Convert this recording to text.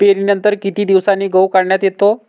पेरणीनंतर किती दिवसांनी गहू काढण्यात येतो?